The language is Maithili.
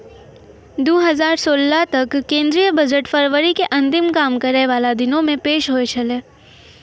दु हजार सोलह तक केंद्रीय बजट फरवरी के अंतिम काम करै बाला दिनो मे पेश होय छलै